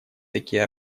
такие